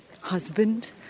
husband